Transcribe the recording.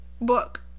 book